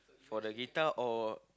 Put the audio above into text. for the guitar or